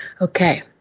Okay